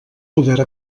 poder